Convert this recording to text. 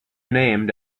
named